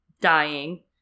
dying